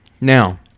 Now